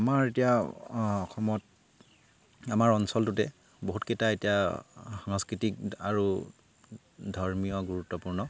আমাৰ এতিয়া অসমত আমাৰ অঞ্চলটোতে বহুতকেইটা এতিয়া সাংস্কৃতিক আৰু ধৰ্মীয় গুৰুত্বপূৰ্ণ